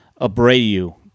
Abreu